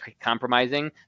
compromising